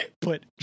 put